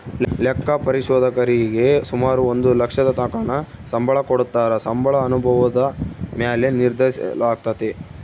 ಲೆಕ್ಕ ಪರಿಶೋಧಕರೀಗೆ ಸುಮಾರು ಒಂದು ಲಕ್ಷದತಕನ ಸಂಬಳ ಕೊಡತ್ತಾರ, ಸಂಬಳ ಅನುಭವುದ ಮ್ಯಾಲೆ ನಿರ್ಧರಿಸಲಾಗ್ತತೆ